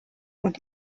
und